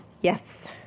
yes